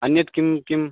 अन्यत् किं किं